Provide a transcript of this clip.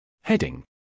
Heading